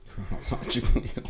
Chronologically